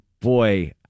boy